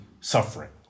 suffering